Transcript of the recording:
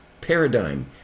paradigm